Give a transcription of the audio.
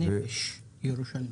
הנפש ירושלמית.